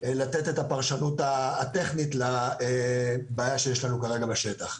לתת את הפרשנות הטכנית לבעיה שיש לנו כרגע בשטח.